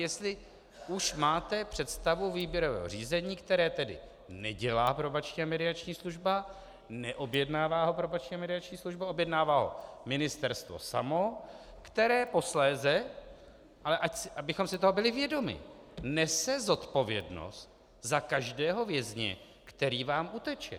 Jestli už máte představu výběrového řízení, které tedy nedělá Probační a mediační služba, neobjednává ho Probační a mediační služba, objednává ho ministerstvo samo, které posléze ale abychom si toho byli vědomi nese zodpovědnost za každého vězně, který vám uteče.